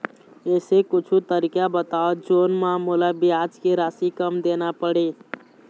ऐसे कुछू तरीका बताव जोन म मोला ब्याज के राशि कम देना पड़े?